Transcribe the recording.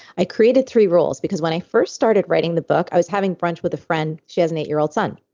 i created three rules because when i first started writing the book i was having brunch with a friend. she has an eight-year-old son.